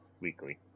weekly